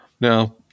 Now